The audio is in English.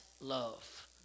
love